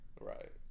right